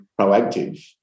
Proactive